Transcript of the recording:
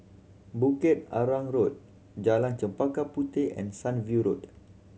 Bukit Arang Road Jalan Chempaka Puteh and Sunview Road